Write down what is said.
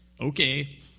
Okay